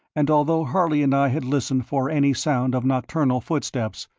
and although harley and i had listened for any sound of nocturnal footsteps,